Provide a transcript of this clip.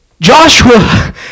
Joshua